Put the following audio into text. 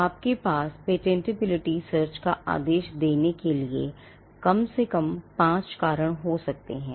आपके पास patentability search का आदेश देने के लिए कम से कम 5 कारण हो सकते हैं